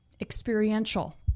experiential